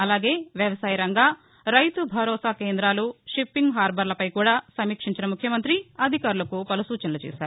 అలాగే వ్యవసాయరంగ రైతు భరోసా కేంద్రాలు ఫిషింగ్ హార్బర్లపై కూడా సమీక్షించిన ముఖ్యమంతి అధికారులకు పలు సూచనలు చేశారు